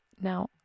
Now